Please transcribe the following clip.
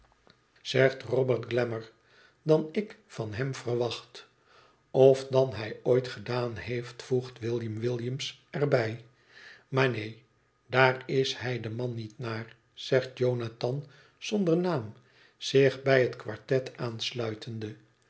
zegt robert glamour dan ik van hem verwacht of dan hij ooit gedaan heeft voegt william williams er bij maar neen daar is hij de man niet naar zegt jonathan zonder daam zich bij het quartet aansluitende